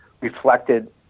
reflected